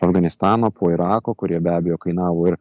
afganistano po irako kurie be abejo kainavo ir